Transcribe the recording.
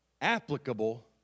applicable